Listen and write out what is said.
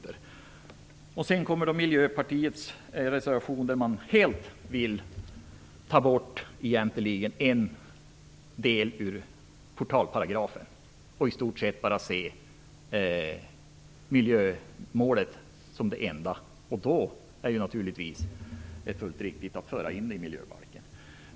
Enligt Miljöpartiets reservation vill man helt ta bort en del ur portalparagrafen. I stort sett vill man bara se miljömålet som det enda målet, och då är det naturligtvis fullt riktigt att föra in denna lagstiftning i miljöbalken.